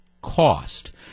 cost